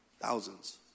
thousands